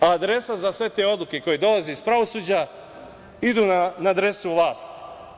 Adresa za sve te odluke koje dolaze iz pravosuđa idu na adresu vlasti.